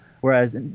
whereas